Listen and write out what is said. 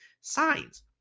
signs